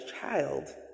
child